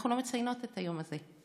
אנחנו לא מציינות את היום הזה.